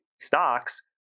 stocks